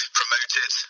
promoted